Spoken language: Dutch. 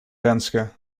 renske